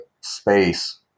space